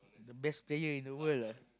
the best player in the world lah